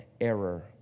error